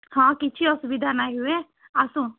ହଁ କିଛି ଅସୁବିଧା ନାଇଁହୁଏ ଆସୁନ୍